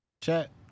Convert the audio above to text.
Chat